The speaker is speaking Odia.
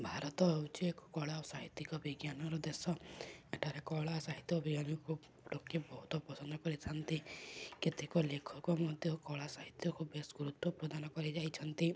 ଭାରତ ହେଉଛି ଏକ କଳା ଓ ସାହିତ୍ୟ ବିଜ୍ଞାନର ଦେଶ ଏଠାରେ କଳା ସାହିତ୍ୟ ଓ ବିଜ୍ଞାନକୁ ଲୋକେ ବହୁତ ପସନ୍ଦ କରିଥାନ୍ତି କେତେକ ଲେଖକ ମଧ୍ୟ କଳା ସାହିତ୍ୟକୁ ବେଶ ଗୁରୁତ୍ୱ ପ୍ରଦାନ କରିଯାଇଛନ୍ତି